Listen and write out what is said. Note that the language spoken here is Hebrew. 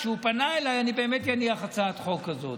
כשהוא פנה אליי: אני באמת אניח הצעת חוק כזו.